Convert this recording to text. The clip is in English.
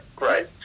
right